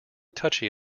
touchy